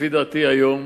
לפי דעתי, היום,